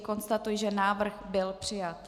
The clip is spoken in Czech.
Konstatuji, že návrh byl přijat.